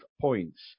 points